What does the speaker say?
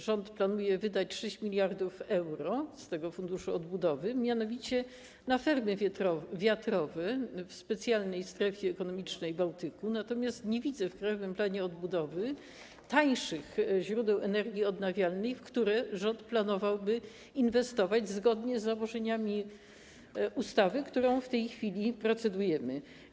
Rząd planuje wydać 6 mld euro z tego Funduszu Odbudowy na fermy wiatrowe w specjalnej strefie ekonomicznej Bałtyku, natomiast nie widzę w Krajowym Planie Odbudowy tańszych źródeł energii odnawialnej, w które rząd planowałby inwestować zgodnie z założeniami ustawy, nad którą w tej chwili procedujemy.